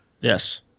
Yes